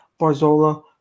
Barzola